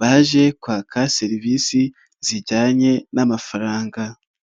baje kwaka serivisi zijyanye n'amafaranga.